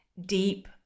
Deep